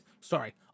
sorry